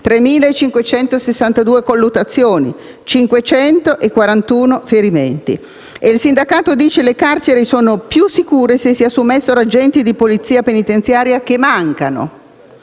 3.562 colluttazioni; 541 ferimenti. Per il sindacato le carceri sarebbero più sicure se si assumessero agenti di polizia penitenziaria che mancano: